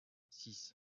six